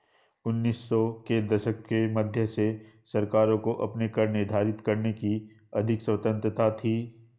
उन्नीस सौ के दशक के मध्य से सरकारों को अपने कर निर्धारित करने की अधिक स्वतंत्रता थी